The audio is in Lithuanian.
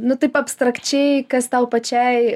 nu taip abstrakčiai kas tau pačiai